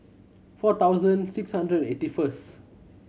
four thousand six hundred eighty first